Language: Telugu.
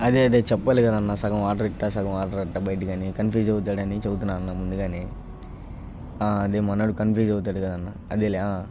అదే అదే చెప్పాలి కదా అన్నా సగం ఆర్డర్ ఇట్టా సగం ఆర్డర్ ఇట్టా బయటికని కన్ఫ్యూజ్ అవుతాడు అని చెబుతున్నా అన్నా ముందుగానే అదే మనోడు కన్ఫ్యూజ్ అవుతాడు కదా అన్నా అదేలే